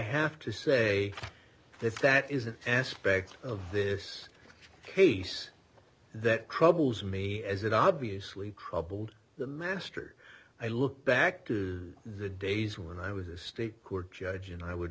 have to say if that is an aspect of this case that troubles me as it obviously troubled the master i look back to the days when i was a state court judge and i would